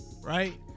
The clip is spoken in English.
right